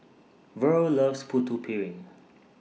Verl loves Putu Piring